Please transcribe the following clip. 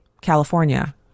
california